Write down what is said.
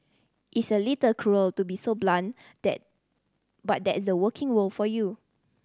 it's a little cruel to be so blunt that but that's the working world for you